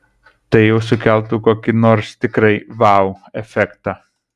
tai jau sukeltų kokį nors tikrai vau efektą